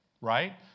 Right